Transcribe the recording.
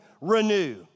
Renew